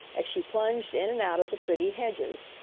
as she plunged in and out of the pretty hedges.